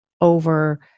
over